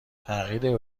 تغییر